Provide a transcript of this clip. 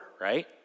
right